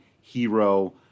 hero